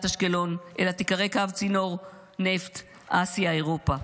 אשקלון אלא תיקרא קו צינור נפט אסיה אירופה.